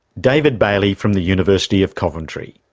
david bailey from the university of coventry.